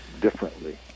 differently